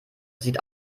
sieht